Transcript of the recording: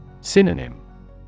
Synonym